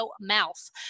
mouth